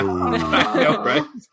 right